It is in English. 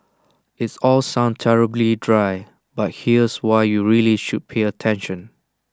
it's all sounds terribly dry but here's why you really should pay attention